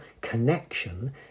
connection